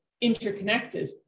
interconnected